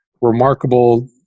remarkable